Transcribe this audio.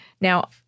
Now